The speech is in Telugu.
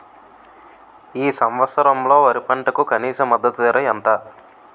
ఈ సంవత్సరంలో వరి పంటకు కనీస మద్దతు ధర ఎంత?